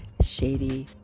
shady